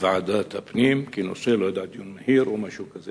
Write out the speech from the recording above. בוועדת הפנים כדיון מהיר או משהו כזה.